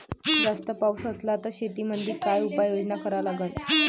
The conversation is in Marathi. जास्त पाऊस असला त शेतीमंदी काय उपाययोजना करा लागन?